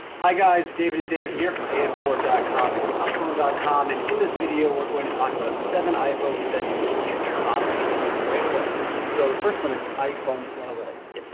hi guys, david and david here from payitforward dot com and upphone dot com and in this video we're going to talk about seven iphone settings you should turn off immediately. right away. so, the first one is iphone analytics.